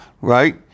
right